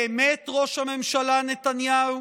באמת, ראש הממשלה נתניהו?